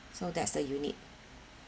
so that's the unit